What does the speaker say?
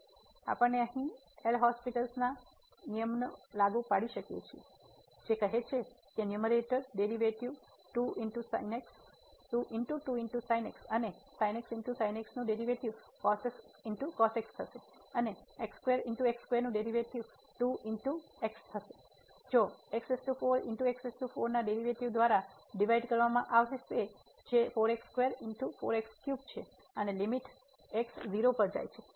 તેથી આપણે અહીં એલહોસ્પિટલL'hospitals નો નિયમ લાગુ પાડી શકીએ છીએ જે કહે છે કે ન્યૂમેરેટરનું ડેરિવેટિવ અને નું ડેરિવેટિવ થશે અને નું ડેરિવેટિવ હશે જે ના ડેરિવેટિવ દ્વારા ડિવાઈડ કરવામાં આવશે જે છે અને લીમીટ x 0 પર જાય છે